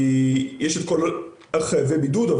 כי יש את כל חייבי הבידוד,